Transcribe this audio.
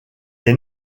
est